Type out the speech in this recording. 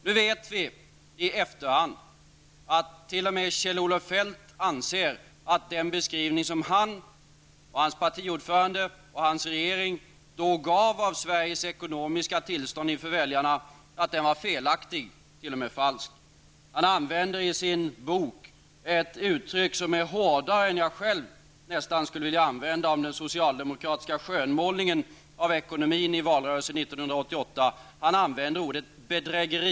Nu vet vi i efterhand att t.o.m. Kjell-Olof Feldt anser att den beskrivning som han och hans partiordförande och regering då gav av Sveriges ekonomiska tillstånd inför väljarna var felaktig och t.o.m. falsk. Han använder i sin bok ett uttryck som nätan är hårdare än vad jag skulle vilja använda om den socialdemokratiska skönmålningen av ekonomin i valrörelsen 1988, nämligen ordet bedrägeri.